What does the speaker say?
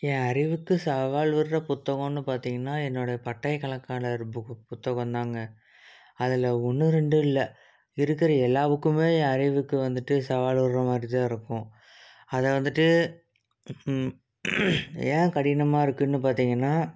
என் அறிவுக்கு சவால் விடுற புத்தகன்னு பார்த்தீங்கனா என்னோட பட்டய கணக்காளர் புத்தகம் தான்ங்க அதில் ஒன்று ரெண்டு இல்லை இருக்கிற எல்லா புக்கும் என் அறிவுக்கு வந்துட்டு சவால் விடுற மாதிரி தான் இருக்கும் அதை வந்துட்டு ஏன் கடினமாக இருக்குதுன்னு பார்த்திங்கனா